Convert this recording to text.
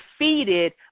defeated